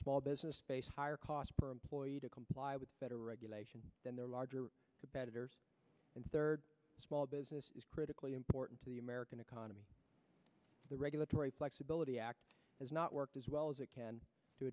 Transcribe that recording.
small business space higher cost per employee to comply with better regulation than their larger competitors and third small business is critically important to the american economy the regulatory flexibility act has not worked as well as it can